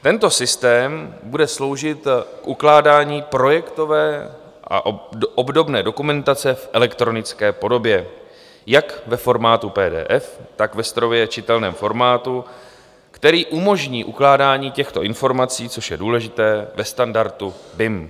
Tento systém bude sloužit k ukládání projektové a obdobné dokumentace v elektronické podobě jak ve formátu PDF, tak ve strojově čitelném formátu, který umožní ukládání těchto informací, což je důležité, ve standardu BIM.